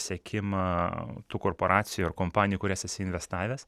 sekimą tų korporacijų ar kompanijų kurias esi investavęs